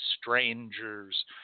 strangers